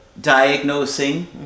diagnosing